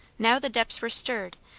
now the depths were stirred,